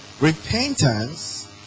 Repentance